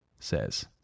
says